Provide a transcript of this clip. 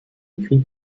écrit